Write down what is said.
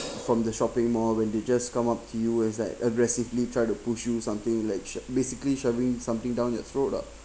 from the shopping mall when they just come up to you is like aggressively try to push you something like sh~ basically shoving something down your throat lah